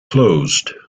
closed